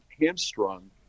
hamstrung